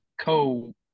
co